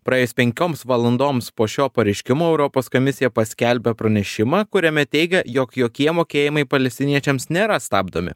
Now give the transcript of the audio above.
praėjus penkioms valandoms po šio pareiškimo europos komisija paskelbė pranešimą kuriame teigia jog jokie mokėjimai palestiniečiams nėra stabdomi